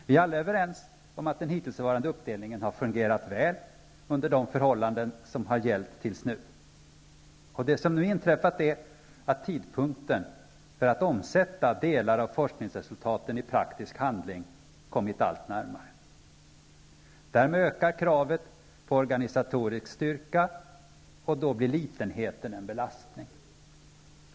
Vi är alla överens om att den hittillsvarande uppdelnigen har fungerat väl under de förhållanden som har gällt tills nu. Det som nu inträffat är att tidpunkten för att omsätta delar av forskningsresultaten i praktisk handling kommit allt närmare. Därmed ökar kravet på organisatorisk styrka, och då blir litenheten en belastning.